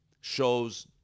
shows